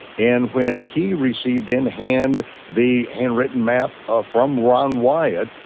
and when he received in hand the handwritten map ah from ron wyatt,